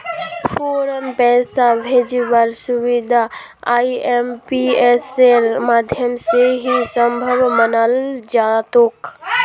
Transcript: फौरन पैसा भेजवार सुबिधा आईएमपीएसेर माध्यम से ही सम्भब मनाल जातोक